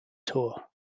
tour